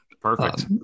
Perfect